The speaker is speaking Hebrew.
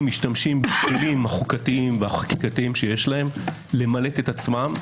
משתמשים בכלים חוקתיים וחקיקתיים שיש להם למלט את עצמם.